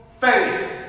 faith